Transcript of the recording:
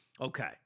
Okay